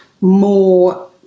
more